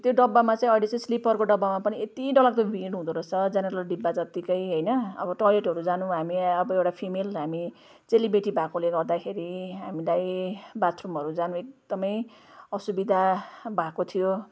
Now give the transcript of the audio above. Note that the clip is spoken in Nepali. त्यो डब्बामा चाहिँ स्लिपरको डब्बामा पनि यति डरलाग्दो भिड हुँदो रहेछ जेनेरल डब्बा जत्तिकै होइन अब ट्वइलेटहरू जानु हामी अब एउटा फिमेल हामी चेलीबेटी भएकोले गर्दाखेरि हामीलाई बाथरुमहरू जानु एकदमै असुविधा भएको थियो